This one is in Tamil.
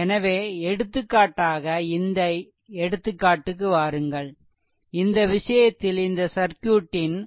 எனவே எடுத்துக்காட்டாக இந்த எடுத்துக்காட்டுக்கு வாருங்கள் இந்த விஷயத்தில் இந்த சர்க்யூட்டின்